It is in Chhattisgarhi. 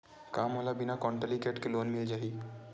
का मोला बिना कौंटलीकेट के लोन मिल जाही?